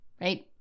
right